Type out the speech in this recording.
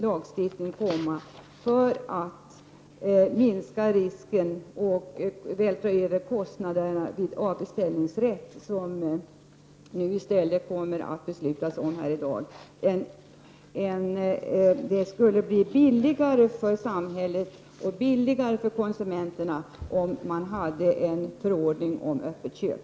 Riksdagen kommer i dag att fatta beslut om avbeställningsrätt. Här behövs då en lagstiftning för att minska risken för en övervältring av kostnaderna vid avbeställning. Det skulle bli billigare för samhället och för konsumenterna om mar hade en förordning om öppet köp.